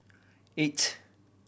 eight